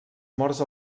morts